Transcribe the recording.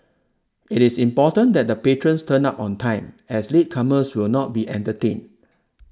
it is important that the patrons turn up on time as latecomers will not be entertained